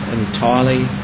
entirely